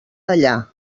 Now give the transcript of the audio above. allà